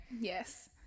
Yes